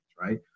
Right